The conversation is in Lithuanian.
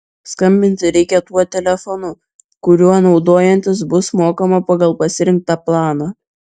skambinti reikia tuo telefonu kuriuo naudojantis bus mokama pagal pasirinktą planą